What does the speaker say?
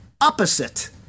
opposite